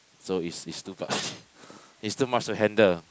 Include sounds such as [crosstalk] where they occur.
so it's it's too much [noise] it's too much to handle